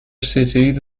city